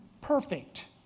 perfect